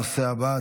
הנושא הבא,